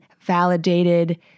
validated